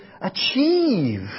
achieve